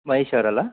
ಮಹೇಶವ್ರು ಅಲ್ಲಾ